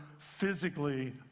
physically